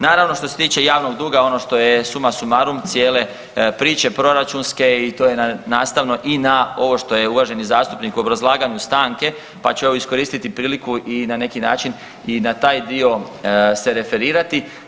Naravno što se tiče javnog duga, ono što je suma sumarum cijele priče proračunske i to je nastavno i na ovo što je uvaženi zastupnik u obrazlaganju stanke pa ću evo iskoristiti priliku i na neki način i na taj dio se referirati.